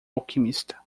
alquimista